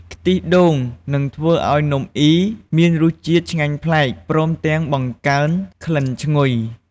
ខ្ទិះដូងនឹងធ្វើឲ្យនំអុីមានរសជាតិឆ្ងាញ់ប្លែក ព្រមទាំងបង្កើនក្លិនឈ្ងុយ។